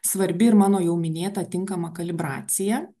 svarbi ir mano jau minėta tinkama kalibracija